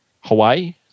Hawaii